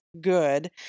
good